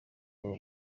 iwabo